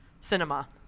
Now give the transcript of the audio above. cinema